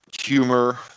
humor